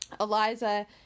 Eliza